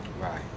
Right